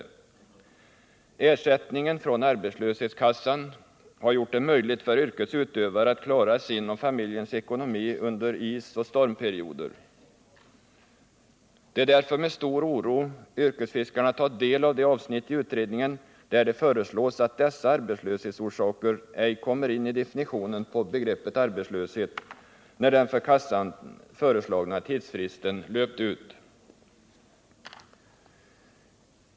Ersättningen från arbetslöshetskassan har gjort det möjligt för yrkets utövare att klara sin och familjens ekonomi under isoch stormperioder. Det är därför med stor oro yrkesfiskarna tagit del av det avsnitt i utredningen, där det föreslås att dessa arbetslöshetsorsaker ej kommer in i definitionen på begreppet arbetslöshet när den för kassan föreslagna tidsfristen löpt ut.